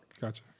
Gotcha